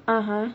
(uh huh)